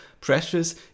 precious